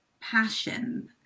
passion